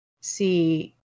see